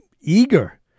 eager